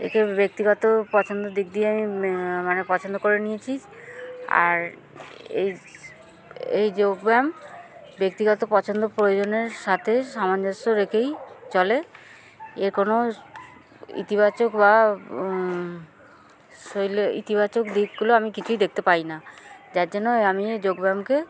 একে ব্যক্তিগত পছন্দের দিক দিয়ে আমি মানে পছন্দ করে নিয়েছি আর এই এই যোগ ব্যায়াম ব্যক্তিগত পছন্দ প্রয়োজনের সাথে সামঞ্জস্য রেখেই চলে এর কোনো ইতিবাচক বা শৈলী ইতিবাচক দিকগুলো আমি কিছুই দেখতে পাই না যার জন্য আমি এই যোগ ব্যায়ামকে